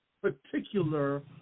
particular